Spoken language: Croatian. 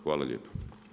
Hvala lijepo.